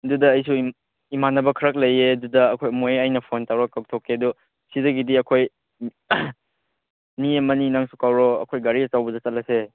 ꯑꯗꯨꯗ ꯑꯩꯁꯨ ꯏꯃꯥꯟꯅꯕ ꯈꯔ ꯂꯩꯌꯦ ꯑꯗꯨꯗ ꯑꯩꯈꯣꯏ ꯃꯣꯏ ꯑꯩꯅ ꯐꯣꯟ ꯇꯧꯔ ꯀꯧꯊꯣꯛꯀꯦ ꯑꯗꯨ ꯁꯤꯗꯒꯤꯗꯤ ꯑꯩꯈꯣꯏ ꯃꯤ ꯑꯃꯅꯤ ꯅꯪꯁꯨ ꯀꯧꯔꯣ ꯑꯩꯈꯣꯏ ꯒꯥꯔꯤ ꯑꯆꯧꯕꯗ ꯆꯠꯂꯁꯦ